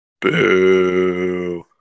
Boo